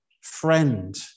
friend